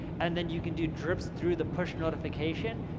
and then you can do drips through the push notification,